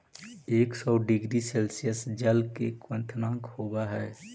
एक सौ degree Celsius जल के क्वथनांक होवऽ हई